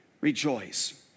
Rejoice